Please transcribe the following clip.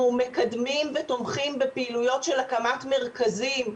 אנחנו מקדמים ותומכים בפעילויות של הקמת מרכזים.